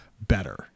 better